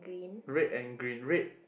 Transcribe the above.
red and green red